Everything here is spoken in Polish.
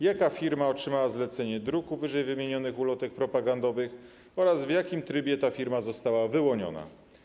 Jaka firma otrzymała zlecenie druku ww. ulotek propagandowych oraz w jakim trybie ta firma została wyłoniona?